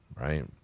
right